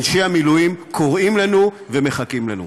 אנשי המילואים קוראים לנו ומחכים לנו.